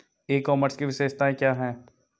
ई commerce की विशेषताएं क्या हैं?